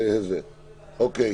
איך